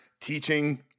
teaching